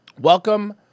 Welcome